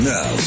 Now